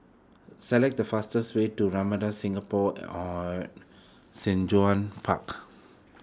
select the fastest way to Ramada Singapore Shanzhong Park